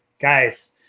guys